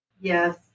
Yes